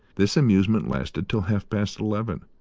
this amusement lasted till half-past eleven,